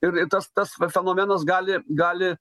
ir ir tas tas va fenomenas gali gali